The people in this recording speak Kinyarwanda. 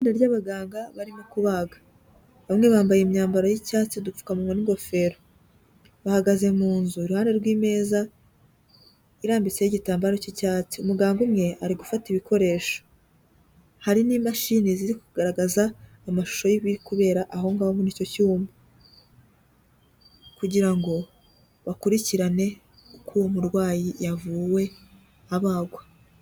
Itsinda ry'abaganga barimo kubaga, bamwe bambaye imyambaro y'icyatsi, udupfukamuwa n'ingofero, bahagaze mu nzu iruhande rw'imeza irambitseho igitambaro cy'icyatsi, umuganga umwe ari gufata ibikoresho, hari n'imashini ziri kugaragaza amashusho y'ibiri kubera aho ngaho muri icyo cyumba kugira ngo bakurikirane uko murwayi yavuwe abagwa.